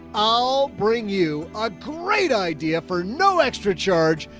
i'll bring you a great idea for no extra charge.